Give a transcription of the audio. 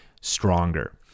stronger